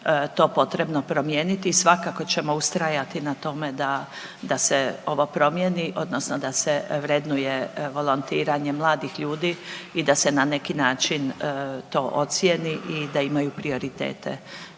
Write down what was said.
to potrebno promijeniti i svakako ćemo ustrajati na tome da se ovo promjeni odnosno da se vrednuje volontiranje mladih ljudi i da se na neki način to ocijeni i da imaju prioritete